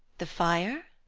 the fire!